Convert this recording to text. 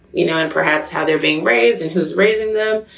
you know, and perhaps how they're being raised and who is raising them.